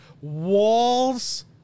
walls